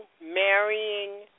marrying